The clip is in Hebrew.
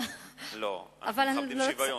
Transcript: אבל, אנחנו מבקשים שוויון.